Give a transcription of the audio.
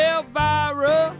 Elvira